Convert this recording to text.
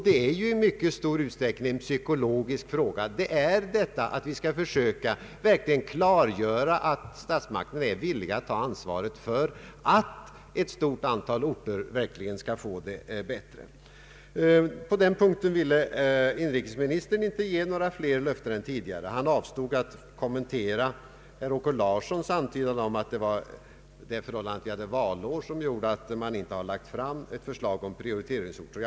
Det är i stor utsträckning en psykologisk fråga. Vi bör därför försöka klargöra att statsmakterna är villiga att ta ansvaret för att ett stort antal orter verkligen skall få det bättre. På den punkten ville inrikesministern inte ge några fler löften än tidigare. Han avstod att kommentera herr Åke Larssons antydan om att det är det förhållandet att vi har valår som gjort att man inte lagt fram ett förslag om prioriteringsorter.